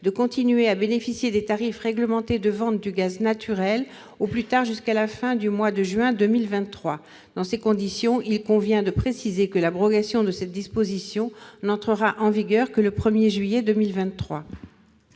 de continuer à bénéficier des tarifs réglementés de vente du gaz naturel au plus tard jusqu'à la fin du mois de juin 2023. Dans ces conditions, il convient de préciser que l'abrogation de cette disposition n'entrera en vigueur que le 1juillet 2023.